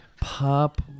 Pop